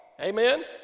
amen